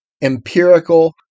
empirical